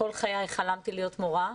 כל חיי חלמתי להיות מורה,